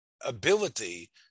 ability